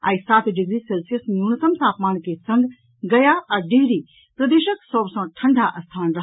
आई सात degree Celsius न्यूनतम तापमान के संग गया आ डिहरी प्रदेशक सभ सँ ठंढ़ा स्थान रहल